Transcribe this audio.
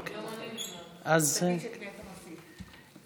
אנחנו מצביעים על הבאת את הנושא לוועדת הפנים והגנת הסביבה.